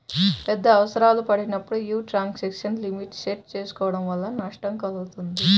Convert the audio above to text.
పెద్ద అవసరాలు పడినప్పుడు యీ ట్రాన్సాక్షన్ లిమిట్ ని సెట్ చేసుకోడం వల్ల నష్టం కల్గుతుంది